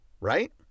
right